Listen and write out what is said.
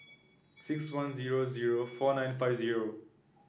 six one zero zero four nine five zero